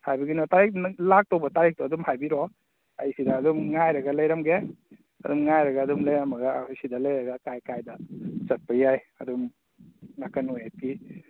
ꯍꯥꯏꯕꯒꯤꯅ ꯇꯥꯔꯤꯛ ꯂꯥꯛꯇꯧꯕ ꯇꯥꯔꯤꯛꯇꯣ ꯑꯗꯨꯝ ꯍꯥꯏꯕꯤꯔꯛꯑꯣ ꯑꯩ ꯁꯤꯗ ꯑꯗꯨꯝ ꯉꯥꯏꯔꯒ ꯂꯩꯔꯝꯒꯦ ꯑꯗꯨꯝ ꯉꯥꯏꯔꯒ ꯑꯗꯨꯝ ꯂꯩꯔꯝꯃꯒ ꯑꯩ ꯁꯤꯗ ꯂꯩꯔꯒ ꯀꯥꯏ ꯀꯥꯏꯗ ꯆꯠꯄ ꯌꯥꯏ ꯑꯗꯨꯝ ꯅꯥꯀꯟ ꯑꯣꯏꯔꯗꯤ